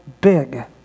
big